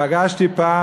פגשתי פעם,